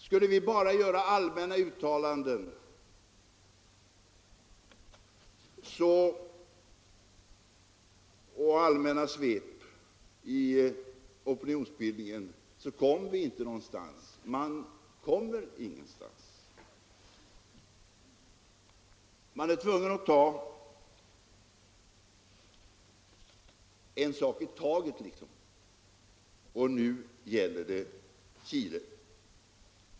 Om vi bara gjorde allmänna uttalanden och allmänna svep i opinionsbildningen skulle vi inte komma någonstans. Man är tvungen att ta en sak i taget, och nu gäller det Chile.